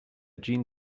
gene